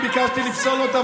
אני ביקשתי לפסול,